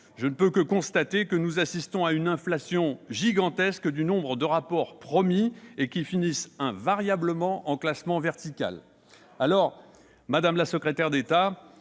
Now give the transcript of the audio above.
Je ne peux que constater que nous assistons à une inflation du nombre de rapports promis, lesquels finissent invariablement en classement vertical. Madame la secrétaire d'État,